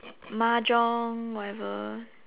mahjong whatever